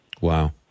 Wow